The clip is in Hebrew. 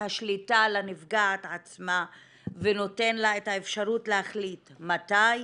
השליטה לנפגעת עצמה ונותן לה את האפשרות להחליט מתי,